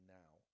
now